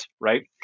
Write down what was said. right